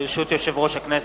ברשות יושב-ראש הכנסת,